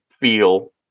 feel